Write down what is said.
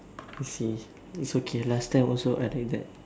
I see it's okay last time also I take that